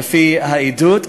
לפי העדוּת,